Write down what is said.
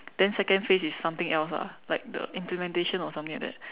then second phase is something else lah like the implementation or something like that